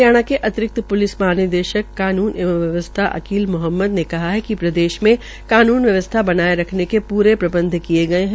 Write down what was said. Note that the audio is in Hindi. हरियाणा के अतिरिक्त प्लिस महानिदेशक कानून एवं व्यवसथा अकील मोहम्मद ने कहा है कि कानून व्यवस्था बनाये रखने के प्रे प्रबंध किये गये है